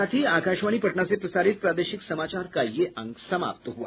इसके साथ ही आकाशवाणी पटना से प्रसारित प्रादेशिक समाचार का ये अंक समाप्त हुआ